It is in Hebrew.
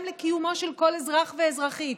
גם לקיומו של כל אזרח ואזרחית.